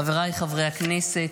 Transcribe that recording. חבריי חברי הכנסת,